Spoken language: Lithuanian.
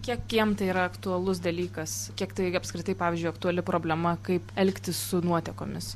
kiek jiem tai yra aktualus dalykas kiek tai apskritai pavyzdžiui aktuali problema kaip elgtis su nuotekomis